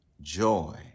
joy